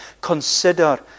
consider